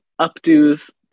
updo's